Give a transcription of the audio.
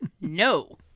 No